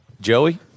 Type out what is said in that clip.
Joey